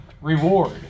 reward